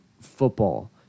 football